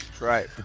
Right